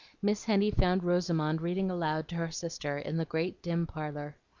miss henny found rosamond reading aloud to her sister in the great dim parlor.